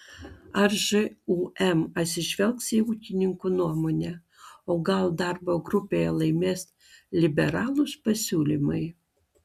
ar žūm atsižvelgs į ūkininkų nuomonę o gal darbo grupėje laimės liberalūs pasiūlymai